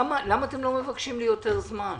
למה אתם לא מבקשים ליותר זמן?